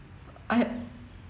I